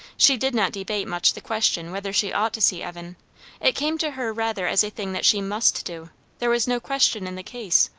she did not debate much the question whether she ought to see evan it came to her rather as a thing that she must do there was no question in the case.